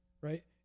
right